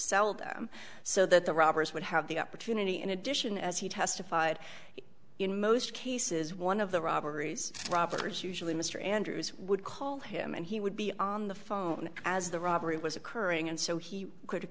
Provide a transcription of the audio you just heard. sell them so that the robbers would have the opportunity in addition as he testified in most cases one of the robberies robberies usually mr andrews would call him and he would be on the phone as the robbery was occurring and so he could